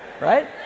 Right